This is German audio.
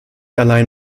allein